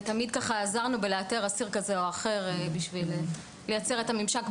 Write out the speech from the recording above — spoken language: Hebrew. ותמיד עזרנו לאתר אסיר כזה או אחר בשביל לייצר את הממשק.